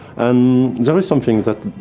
and there are some things that,